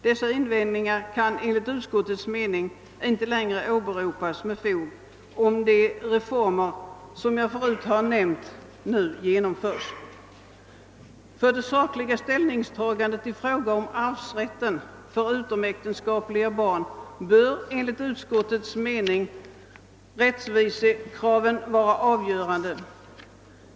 Dessa invändningar kan enligt utskottets mening inte längre åberopas med fog, om de reformer som jag förut nämnt nu genomförs. För det sakliga ställningstagandet i frågan om arvsrätten för utomäktenskapliga barn bör enligt utskottets mening rättvisekraven vara avgörande.